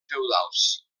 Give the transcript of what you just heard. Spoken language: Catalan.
feudals